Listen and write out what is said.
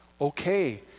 okay